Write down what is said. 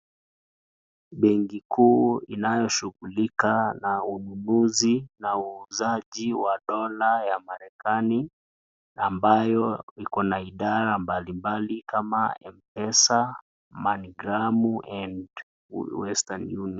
Benki kuu inayoshughulika na ununuzi na uuzaji wa dola ya marekani, ambayo ina idhara mbali mbali kama M-PESA, MoneyGram na Western Union.